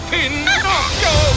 Pinocchio